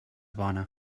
bona